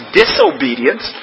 disobedience